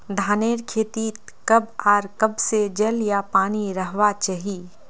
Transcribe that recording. धानेर खेतीत कब आर कब से जल या पानी रहबा चही?